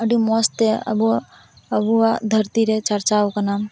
ᱟᱹᱰᱤ ᱢᱚᱡᱽ ᱛᱮ ᱟᱹᱵᱩᱭᱟᱜ ᱫᱷᱟᱹᱨᱛᱤ ᱨᱮ ᱪᱟᱨᱪᱟᱣ ᱟᱠᱟᱱᱟ